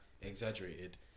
exaggerated